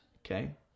Okay